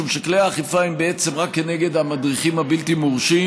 משום שכלי האכיפה הם רק כנגד המדריכים הבלתי-מורשים,